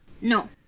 No